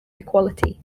equality